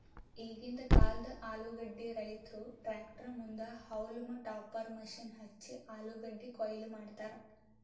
ಈಗಿಂದ್ ಕಾಲ್ದ ಆಲೂಗಡ್ಡಿ ರೈತುರ್ ಟ್ರ್ಯಾಕ್ಟರ್ ಮುಂದ್ ಹೌಲ್ಮ್ ಟಾಪರ್ ಮಷೀನ್ ಹಚ್ಚಿ ಆಲೂಗಡ್ಡಿ ಕೊಯ್ಲಿ ಮಾಡ್ತರ್